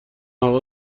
هوا